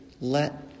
let